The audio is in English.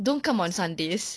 don't come on sundays